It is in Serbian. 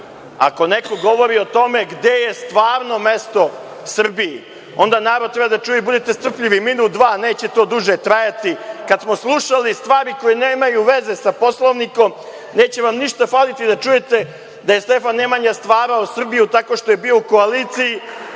ako neko govori o tome gde je stvarno mesto Srbiji, onda narod treba da čuje i budite strpljivi minut-dva, neće to duže trajati. Kada smo slušali stvari koje nemaju veze sa Poslovnikom, neće vam ništa faliti da čujete da je Stefan Nemanja stvarao Srbiju tako što je bio u koaliciji